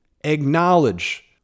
acknowledge